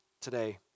today